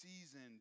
seasoned